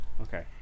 Okay